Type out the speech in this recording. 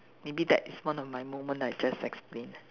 maybe that is one of my moment I just explain